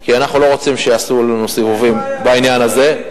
כי אנחנו לא רוצים שיעשו לנו סיבובים בעניין הזה.